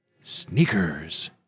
Sneakers